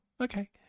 okay